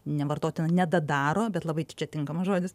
nevartotiną nedadaro bet labai čia tinkamas žodis